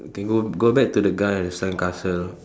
okay go go back to the guy at the sandcastle